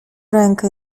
rękę